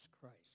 Christ